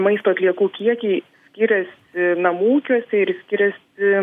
maisto atliekų kiekiai skiriasi namų ūkiuose ir skiriasi